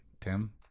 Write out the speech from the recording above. Tim